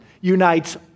unites